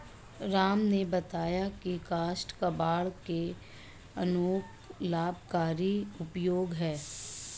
राम ने बताया की काष्ठ कबाड़ के अनेक लाभकारी उपयोग हैं